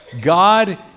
God